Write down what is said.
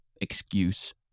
excuse